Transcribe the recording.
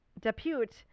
depute